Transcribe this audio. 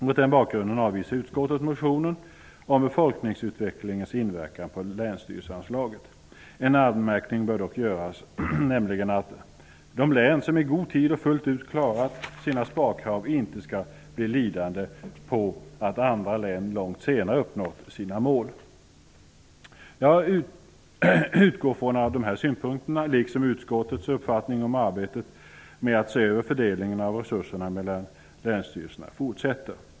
Mot den bakgrunden avvisar utskottet motionen om befolkningsutvecklingens inverkan på länsstyrelseanslaget. En anmärkning som bör göras är att de län som i god tid och fullt ut har klarat sina sparkrav inte skall bli lidande på att andra län långt senare uppnått sina mål. Jag utgår ifrån att dessa synpunkter, liksom utskottets uppfattning om arbetet med att se över fördelningen av resurserna mellan länsstyrelserna fortsätter.